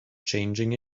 changing